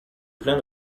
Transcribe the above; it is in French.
plein